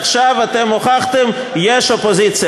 עכשיו הוכחתם: יש אופוזיציה.